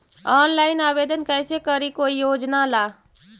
Online आवेदन कैसे करी कोई योजना ला?